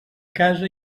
casa